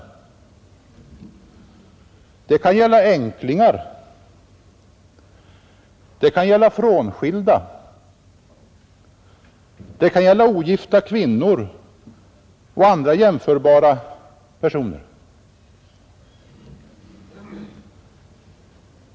Det kan gälla änklingar, frånskilda, ogifta kvinnor och andra jämförbara personer.